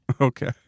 okay